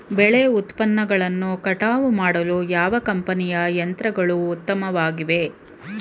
ಬೆಳೆ ಉತ್ಪನ್ನಗಳನ್ನು ಕಟಾವು ಮಾಡಲು ಯಾವ ಕಂಪನಿಯ ಯಂತ್ರಗಳು ಉತ್ತಮವಾಗಿವೆ?